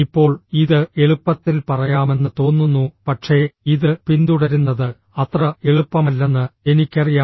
ഇപ്പോൾ ഇത് എളുപ്പത്തിൽ പറയാമെന്ന് തോന്നുന്നു പക്ഷേ ഇത് പിന്തുടരുന്നത് അത്ര എളുപ്പമല്ലെന്ന് എനിക്കറിയാം